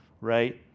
right